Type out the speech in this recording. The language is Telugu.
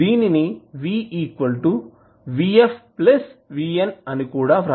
దీనిని VVf Vn అని కూడా వ్రాయవచ్చు